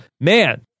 man